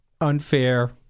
unfair